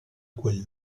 quel